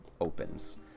opens